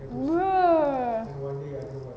bro